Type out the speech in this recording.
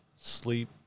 sleep